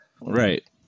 Right